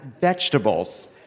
vegetables